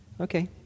okay